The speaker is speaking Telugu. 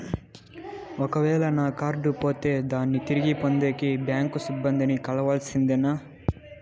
ఒక వేల నా కార్డు పోతే దాన్ని తిరిగి పొందేకి, బ్యాంకు సిబ్బంది ని కలవాల్సిందేనా?